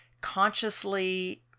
consciously